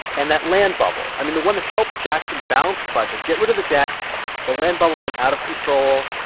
and that land bubble, i mean, the one that helped jackson balance the budget, get rid of the debt the land bubble went out of control,